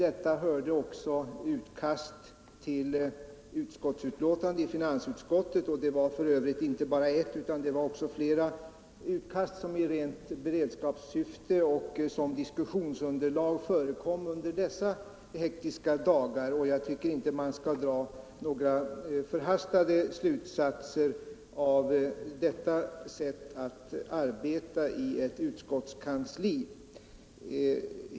Det gjordes också utkast till betänkanden i finansutskottet — inte bara ett utan flera utkast gjordes i dessa hektiska dagar i rent beredskapssyfte och som diskussionsunderlag. Jag tycker inte att man skall dra några förhastade slutsatser av detta sätt att arbeta i ett utskott och dess kansli.